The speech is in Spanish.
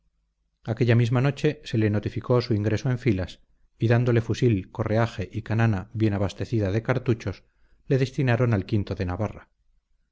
aquella misma noche se le notificó su ingreso en filas y dándole fusil correaje y canana bien abastecida de cartuchos le destinaron al o de navarra